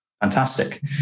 Fantastic